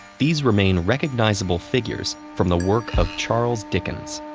these remain recognizable figures from the work of charles dickens.